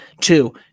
Two